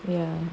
ya